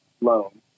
loan